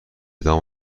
دام